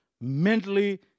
mentally